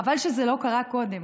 חבל שזה לא קרה קודם.